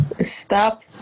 stop